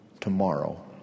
tomorrow